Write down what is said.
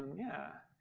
yeah,